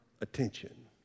attention